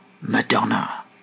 Madonna